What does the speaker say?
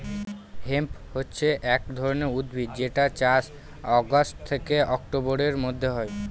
hemp হছে এক ধরনের উদ্ভিদ যেটার চাষ অগাস্ট থেকে অক্টোবরের মধ্যে হয়